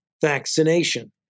vaccination